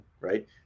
right